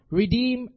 redeem